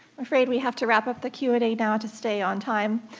i'm afraid we have to wrap up the q and to stay on time,